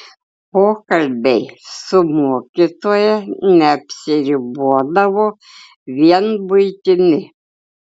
pokalbiai su mokytoja neapsiribodavo vien buitimi